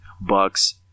Bucks